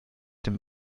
dem